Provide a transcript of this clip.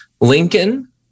Lincoln